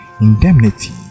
indemnity